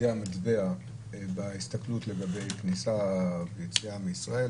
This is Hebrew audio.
המטבע בהסתכלות על הכניסה והיציאה מישראל,